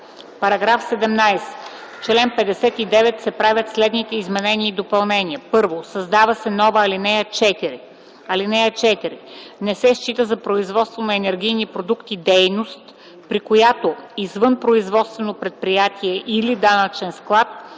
„§ 17. В чл. 59 се правят следните изменения и допълнения: 1. Създава се нова ал. 4: „(4) Не се счита за производство на енергийни продукти дейност, при която извън производствено предприятие или данъчен склад